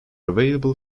available